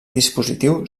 dispositiu